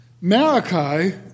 Malachi